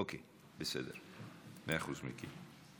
אוקיי, בסדר, מאה אחוז, מיקי.